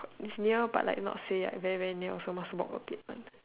it's near but like not say very very near also must walk a bit one